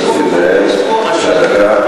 אדוני היושב-ראש.